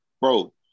Bro